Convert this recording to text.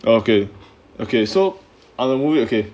okay okay so other movie okay